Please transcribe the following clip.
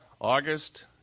August